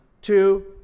two